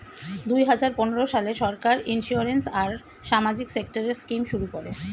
দুই হাজার পনেরো সালে সরকার ইন্সিওরেন্স আর সামাজিক সেক্টরের স্কিম শুরু করে